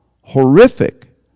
horrific